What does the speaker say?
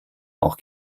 auch